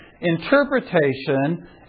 Interpretation